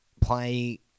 play